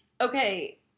okay